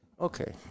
Okay